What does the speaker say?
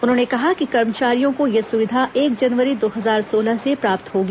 उन्होंने कहा कि कर्मचारियों को यह सुविधा एक जनवरी दो हजार सोलह से प्राप्त होगी